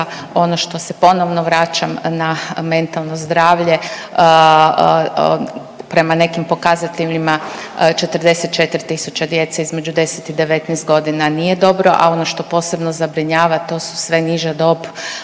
ono što se ponovno vraćamo na mentalno zdravlje prema nekim pokazateljima 44 tisuće djece između 10 i 19 godina nije dobro, a ono što posebno zabrinjava to su sve niže dob